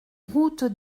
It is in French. route